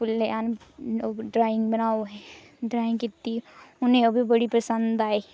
फुल आहली ड्रांइग बनाऔ ऐ है ड्रांइग कीती उनें गी ओह् बी बड़ी पसंद आई